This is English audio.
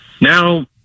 now